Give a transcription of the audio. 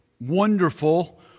wonderful